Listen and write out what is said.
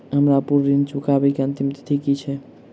हम्मर पूरा ऋण चुकाबै केँ अंतिम तिथि की छै?